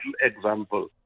example